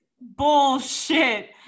bullshit